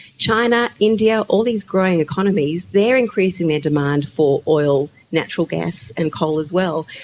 china, india, all these growing economies, they are increasing their demand for oil, natural gas and coal as well.